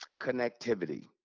connectivity